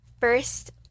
first